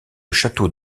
château